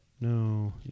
No